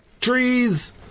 trees